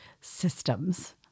systems